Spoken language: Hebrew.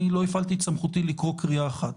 לא הפעלתי את סמכותי לקרוא קריאה אחת.